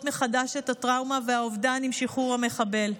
מחדש את הטראומה והאובדן עם שחרור המחבל.